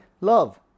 love